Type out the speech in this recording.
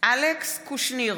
אלכס קושניר,